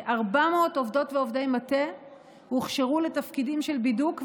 400 עובדות ועובדי מטה הוכשרו לתפקידים של בידוק,